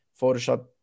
Photoshop